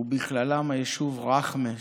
ובכללם היישוב רח'מה,